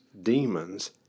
demons